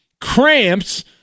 cramps